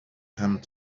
come